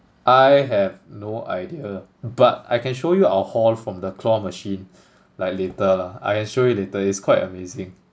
I have no idea but I can show you our haul from the claw machine like later lah I show you later it's quite amazing